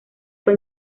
fue